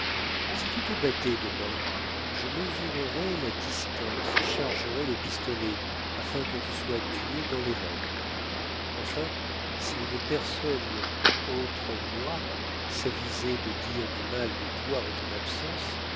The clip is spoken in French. si tu te battais demain je mesurerais la distance et chargerais les pistolets afin que tu sois tué dans les règles enfin si une personne autre que moi s'avisait de dire du mal de toi en ton absence